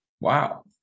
Wow